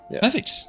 Perfect